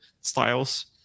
styles